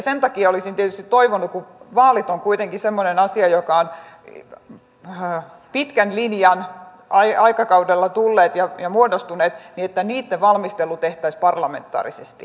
sen takia olisi tietysti toivonut kun vaalit ovat kuitenkin semmoinen asia joka on pitkän linjan aikakaudella tullut ja muodostunut että niitten valmistelu tehtäisiin parlamentaarisesti